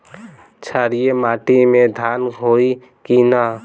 क्षारिय माटी में धान होई की न?